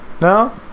No